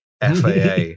FAA